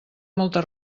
molta